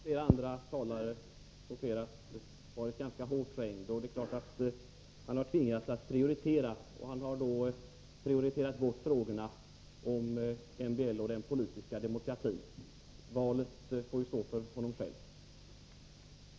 Herr talman! Lars Ulander har, som flera talare noterat, varit ganska hårt trängd. Han har tvingats att prioritera, och han har då prioriterat bort frågorna om MBL och den politiska demokratin. Det valet får han själv stå för.